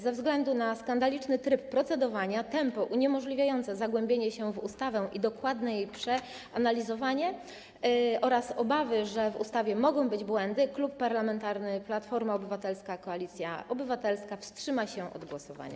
Ze względu na skandaliczny tryb procedowania, tempo uniemożliwiające zagłębienie się w ustawę i dokładne jej przeanalizowanie oraz obawy, że w ustawie mogą być błędy, Klub Parlamentarny Platforma Obywatelska - Koalicja Obywatelska wstrzyma się od głosowania.